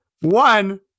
One